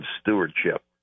stewardship